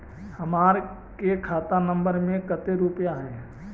हमार के खाता नंबर में कते रूपैया है?